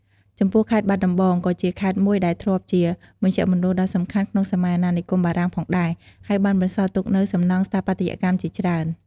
ចំពោះខេត្តបាត់ដំបងក៏ជាខេត្តមួយដែលធ្លាប់ជាមជ្ឈមណ្ឌលដ៏សំខាន់ក្នុងសម័យអាណានិគមបារាំងផងដែរ ហើយបានបន្សល់ទុកនូវសំណង់ស្ថាបត្យកម្មជាច្រើន។